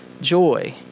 joy